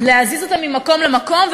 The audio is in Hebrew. להזיז אותה ממקום למקום,